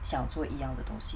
想做一样的东西